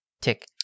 tick